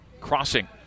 crossing